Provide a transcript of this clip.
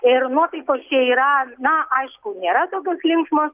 ir nuotaikos čia yra na aišku nėra tokios linksmos